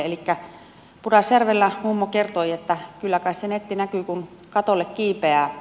elikkä pudasjärvellä mummo kertoi että kyllä kai se netti näkyy kun katolle kiipeää